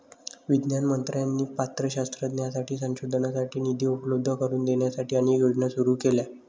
विज्ञान मंत्र्यांनी पात्र शास्त्रज्ञांसाठी संशोधनासाठी निधी उपलब्ध करून देण्यासाठी अनेक योजना सुरू केल्या